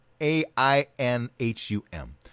A-I-N-H-U-M